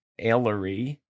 Ailery